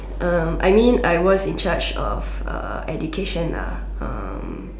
um I mean I was in charge of uh education lah um